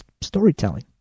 Storytelling